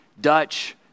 Dutch